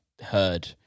heard